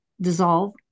Dissolve